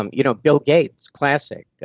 um you know, bill gates, classic.